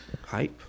Hype